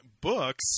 Books